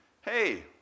hey